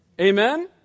Amen